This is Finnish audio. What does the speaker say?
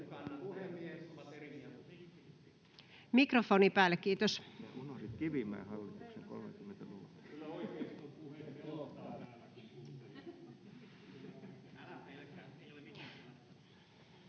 Mikrofoni päälle, kiitos.